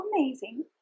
amazing